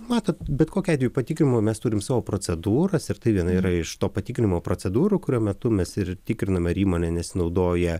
matot bet kokiu atveju patikimui mes turim savo procedūras ir tai viena yra iš to patikrinimo procedūrų kurio metu mes ir tikrinam ar įmonė nesinaudoja